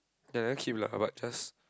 then lah keep like how about this